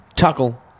Tuckle